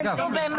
נו, באמת.